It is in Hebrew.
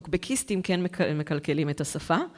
טוקסקיסטים כן מקלקלים את השפה.